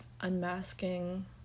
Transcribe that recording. unmasking